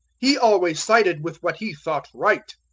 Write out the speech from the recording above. he always sided with what he thought right.